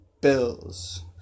Bills